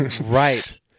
Right